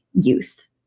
youth